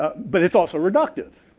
ah but it's also reductive.